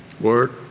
Work